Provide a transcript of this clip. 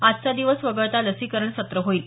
आजचा दिवस वगळता लसीकरण सत्र होईल